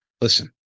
Listen